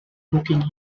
booking